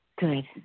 Good